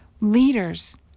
leaders